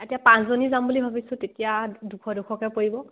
এতিয়া পাঁচজনী যাম বুলি ভাবিছোঁ তেতিয়া দুশ দুশকে পৰিব